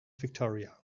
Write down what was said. victoria